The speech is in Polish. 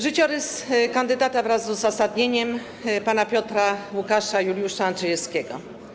Życiorys kandydata, wraz z uzasadnieniem, pana Piotra Łukasza Juliusza Andrzejewskiego.